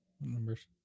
numbers